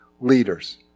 leaders